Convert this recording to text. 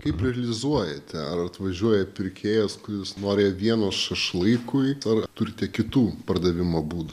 kaip realizuojate ar atvažiuoja pirkėjas kuris nori avienos šašlykui ar turite kitų pardavimo būdų